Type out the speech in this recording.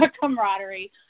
camaraderie